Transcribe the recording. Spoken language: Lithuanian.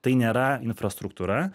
tai nėra infrastruktūra